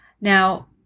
Now